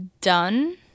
done